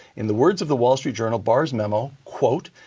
in the words of the wall street journal, barr's memo, quote,